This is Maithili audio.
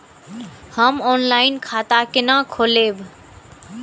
हम ऑनलाइन खाता केना खोलैब?